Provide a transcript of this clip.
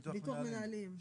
ביטוח מנהלים.